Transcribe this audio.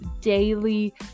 daily